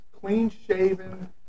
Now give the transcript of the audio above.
clean-shaven